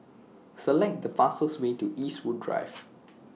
Select The fastest Way to Eastwood Drive